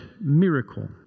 miracle